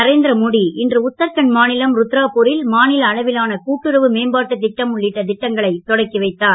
நரேந்திரமோடி இன்று உத்தராகண்ட் மாநிலம் ருத்ராபூரில் மாநில அளவிலான கூட்டுறவு மேம்பாட்டுத் திட்டம் உள்ளிட்ட திட்டங்களைத் தொடக்கி வைத்தார்